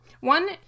one